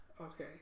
Okay